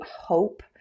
hope